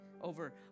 over